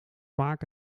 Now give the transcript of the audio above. vaak